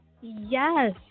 Yes